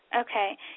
Okay